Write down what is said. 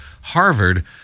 Harvard